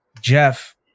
Jeff